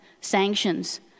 sanctions